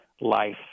life